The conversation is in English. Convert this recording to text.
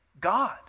God